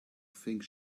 think